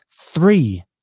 three